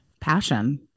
Passion